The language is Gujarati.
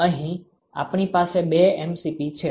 અહીં આપણી પાસે બે mCp છે